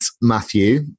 Matthew